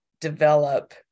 develop